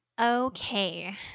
Okay